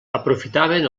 aprofitaven